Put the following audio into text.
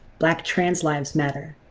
black trans lives matter.